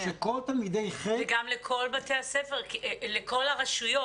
וגם לכל בתי הספר, לכל הרשויות.